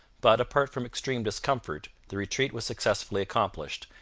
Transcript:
but, apart from extreme discomfort, the retreat was successfully accomplished,